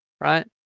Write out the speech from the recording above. right